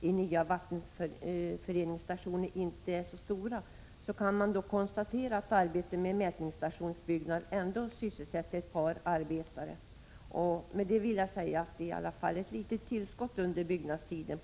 i nya vattenföringsstationer inte är så stora, kan man konstatera att arbetet med en mätstationsuppbyggnad sysselsätter ett par arbetare. Det blir alltså härigenom sysselsättningsmässigt i varje fall ett litet tillskott under uppbyggnadstiden.